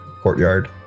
courtyard